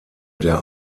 der